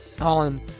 on